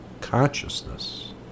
consciousness